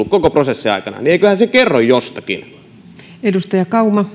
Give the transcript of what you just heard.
koko prosessin aikana niin eiköhän se kerro jostakin